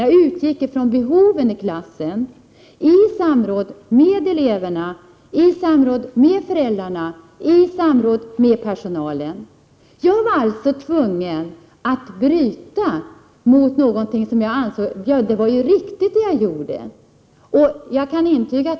Jag utgick från behoven i klassen — i samråd med eleverna, i samråd med föräldrarna, i samråd med personalen. Jag var alltså tvungen att bryta mot förbud, men det som jag gjorde var riktigt.